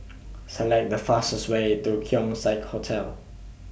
Select The fastest Way to Keong Saik Hotel